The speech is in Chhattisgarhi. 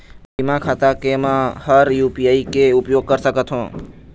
बिना खाता के म हर यू.पी.आई के उपयोग कर सकत हो?